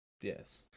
Yes